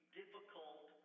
difficult